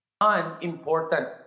unimportant